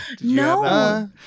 No